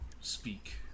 speak